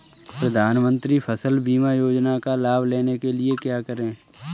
प्रधानमंत्री फसल बीमा योजना का लाभ लेने के लिए क्या करें?